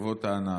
טובות ההנאה,